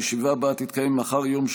הישיבה הבאה תתקיים מחר,